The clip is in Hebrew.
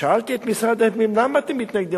שאלתי את משרד הפנים: למה אתם מתנגדים?